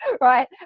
right